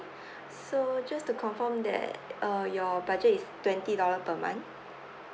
so just to confirm that uh your budget is twenty dollar per month